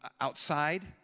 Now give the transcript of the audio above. outside